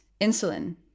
insulin